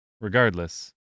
Regardless